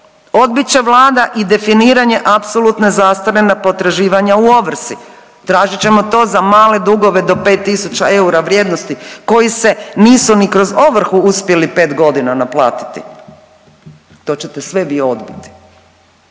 Odbit će Vlada i definiranje apsolutne zastare na potraživanja u ovrsi, tražit ćemo to za male dugove do 5 tisuća eura vrijednosti koji se nisu ni kroz ovrhu uspjeli 5 godina naplatiti. To ćete sve vi odbiti